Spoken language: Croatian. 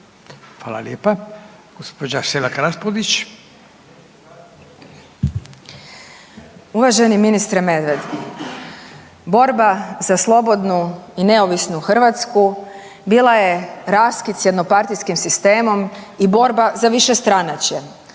Raspudić, Marija (Nezavisni)** Uvaženi ministre Medved, borba za slobodnu i neovisnu Hrvatsku bila je raskid s jednopartijskim sistemom i borba za višestranačje.